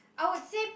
I would say